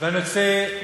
אני רוצה,